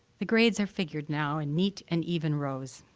the grades are figured now in neat and even rows.